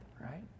right